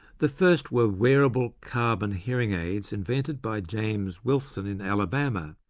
the first were wearable carbon hearing aids, invented by james wilson in alabama,